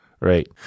right